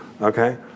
okay